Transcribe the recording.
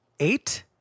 Eight